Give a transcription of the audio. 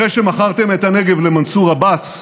אחרי שמכרתם את הנגב למנסור עבאס,